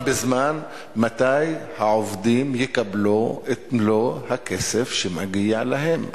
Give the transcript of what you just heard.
בזמן מתי העובדים יקבלו את מלוא הכסף שמגיע להם.